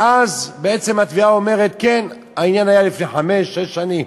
ואז בעצם התביעה אומרת: העניין היה לפני חמש-שש שנים.